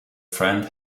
friend